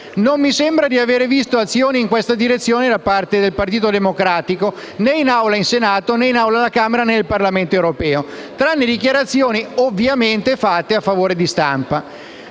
non mi sembra di aver visto azioni in questa direzione da parte del Partito Democratico, né in Aula in Senato, né in Aula alla Camera, né al Parlamento europeo, tranne dichiarazioni ovviamente fatte a favore di stampa.